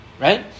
right